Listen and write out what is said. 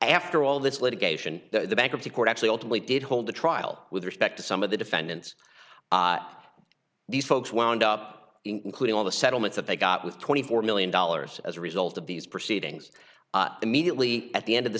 after all this litigation the bankruptcy court actually ultimately did hold the trial with respect to some of the defendants these folks wound up including all the settlements that they got with twenty four million dollars as a result of these proceedings immediately at the end of the